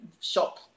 shop